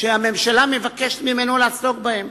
שהממשלה מבקשת ממנו לעסוק בהן.